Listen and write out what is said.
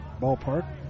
ballpark